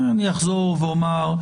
אני אחזור ואומר,